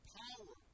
power